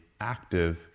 active